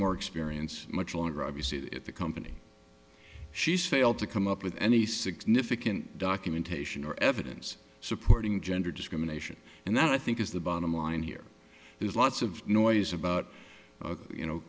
more experience much longer obviously if a company she's failed to come up with any significant documentation or evidence supporting gender discrimination and that i think is the bottom line here there's lots of noise about you